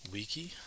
Wiki